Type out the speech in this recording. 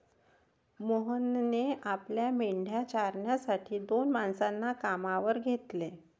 मोहनने आपल्या मेंढ्या चारण्यासाठी दोन माणसांना कामावर घेतले